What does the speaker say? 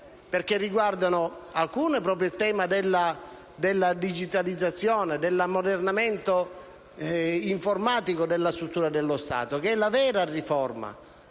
alcune riguardano proprio il tema della digitalizzazione e dell'ammodernamento informatico della struttura dello Stato, che è la vera riforma